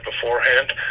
beforehand